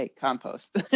compost